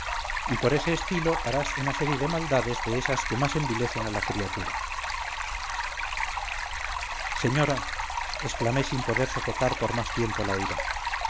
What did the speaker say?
y por este estilo harás una serie de maldades de esas que más envilecen a la criatura señora exclamé sin poder sofocar por más tiempo la ira